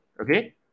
okay